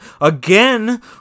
again